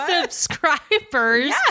subscribers